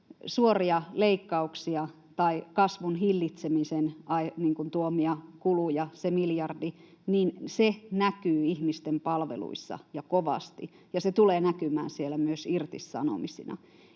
suoria leikkauksia tai kasvun hillitsemisen tuomia kuluja, että se näkyy ihmisten palveluissa ja kovasti, ja se tulee näkymään siellä myös irtisanomisina.